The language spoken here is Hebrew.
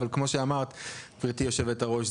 אבל כמו שאמרת גברתי יושבת הראש,